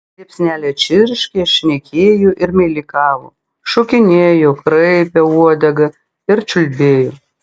liepsnelė čirškė šnekėjo ir meilikavo šokinėjo kraipė uodegą ir čiulbėjo